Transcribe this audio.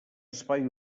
espai